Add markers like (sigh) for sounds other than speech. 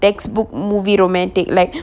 textbook movie romantic like (breath)